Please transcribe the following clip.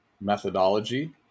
methodology